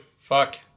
Fuck